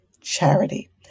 charity